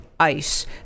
ICE